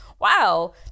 wow